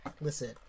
Listen